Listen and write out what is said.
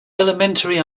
elementary